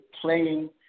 playing